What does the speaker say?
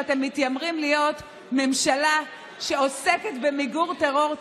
שמתיימרים להיות ממשלה שעוסקת במיגור טרור,